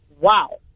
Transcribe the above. wow